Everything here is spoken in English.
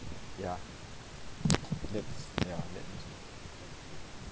ya that's ya that